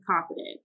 confident